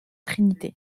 trinité